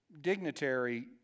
dignitary